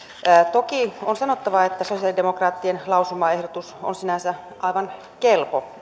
toki on sanottava että sosialidemokraattien lausumaehdotus on sinänsä aivan kelpo